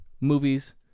movies